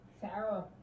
Sarah